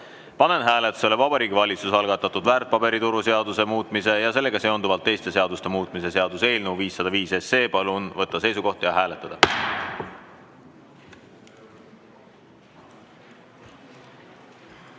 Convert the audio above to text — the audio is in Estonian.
panen hääletusele Vabariigi Valitsuse algatatud perehüvitiste seaduse muutmise ja sellega seonduvalt teiste seaduste muutmise seaduse eelnõu 512. Palun võtta seisukoht ja hääletada!